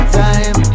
time